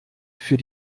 für